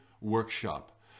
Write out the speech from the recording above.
workshop